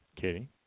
Katie